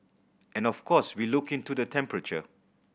and of course we look into the temperature